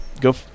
Go